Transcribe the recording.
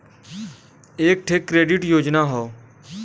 एक ठे क्रेडिट योजना हौ